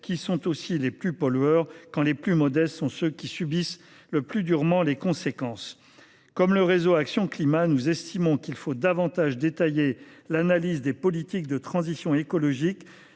qui sont aussi les plus pollueurs, quand les plus modestes sont ceux qui subissent le plus durement les conséquences. Comme le Réseau Action Climat, nous estimons qu’il faut « davantage détailler l’analyse des politiques de transition écologique